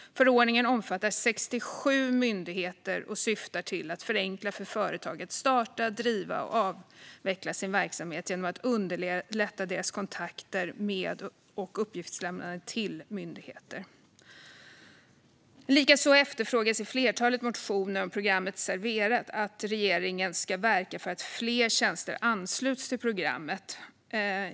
Förordningen omfattar 67 myndigheter och syftar till att förenkla för företag att starta, driva och avveckla sin verksamhet genom att underlätta deras kontakter med och uppgiftslämnande till myndigheter. Likaså efterfrågas i flertalet motioner om programmet Serverat att regeringen ska verka för att fler tjänster ansluts till programmet.